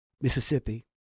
Mississippi